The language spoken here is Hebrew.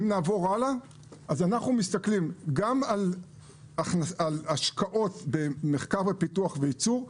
אנחנו מסתכלים גם על השקעות במחקר ופיתוח וייצור.